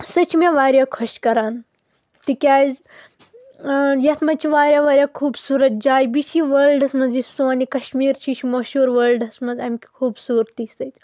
سُہ چھِ مےٚ واریاہ خۄش کَران تِکیٛازِ یَتھ منٛز چھِ واریاہ واریاہ خوٗبصوٗرت جاے بیٚیہِ چھِ یہِ وٲلڈَس منٛز یُس سون یہِ کشمیٖر چھُ یہِ چھُ مشہوٗر وٲلڈَس منٛز اَمہِ کہِ خوٗبصوٗرتی سۭتۍ